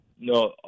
No